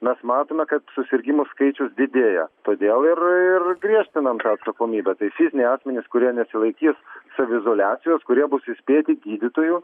mes matome kad susirgimų skaičius didėja todėl ir ir griežtinam tą atsakomybę tai fiziniai asmenys kurie nesilaikys saviizoliacijos kurie bus įspėti gydytojų